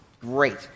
Great